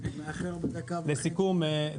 לסיכום,